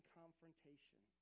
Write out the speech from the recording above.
confrontation